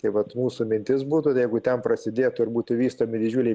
tai vat mūsų mintis būtų tai jeigu ten prasidėtų ir būtų vystomi didžiuliai